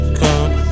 come